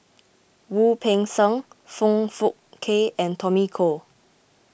Wu Peng Seng Foong Fook Kay and Tommy Koh